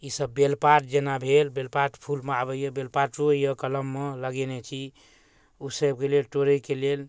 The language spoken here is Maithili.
ईसब बेलपात जेना भेल बेलपात फूलमे आबैए बेलपातो अइ कलममे लगेने छी ओसबके लेल तोड़ैके लेल